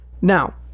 Now